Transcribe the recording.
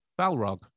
Balrog